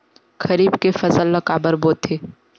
खरीफ के फसल ला काबर बोथे?